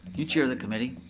you chair the committee.